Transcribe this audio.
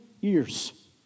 years